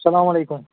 اسَلامُ علیکُم